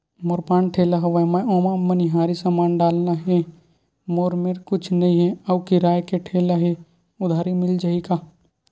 मोर पान ठेला हवय मैं ओमा मनिहारी समान डालना हे मोर मेर कुछ नई हे आऊ किराए के ठेला हे उधारी मिल जहीं का?